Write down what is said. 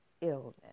illness